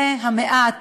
זה המעט